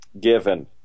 Given